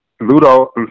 Ludo